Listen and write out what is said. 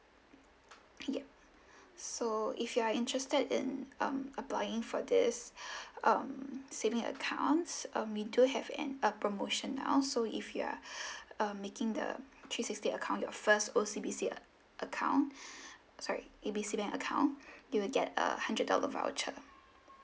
yeah so if you are interested in um applying for this um saving accounts um we do have an a promotion now so if you're um making the three sixty account your first O_C_B_C uh account uh sorry A B C bank account you will get a hundred dollar voucher